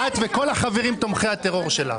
-- את וכל החברים תומכי הטרור שלך.